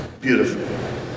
beautiful